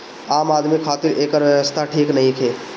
आम आदमी खातिरा एकर व्यवस्था ठीक नईखे